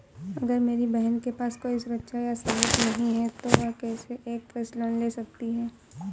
अगर मेरी बहन के पास कोई सुरक्षा या सबूत नहीं है, तो वह कैसे एक कृषि लोन ले सकती है?